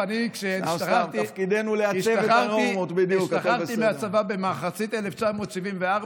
אני כשהשתחררתי מהצבא במחצית 1974,